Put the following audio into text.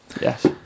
yes